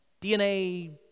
DNA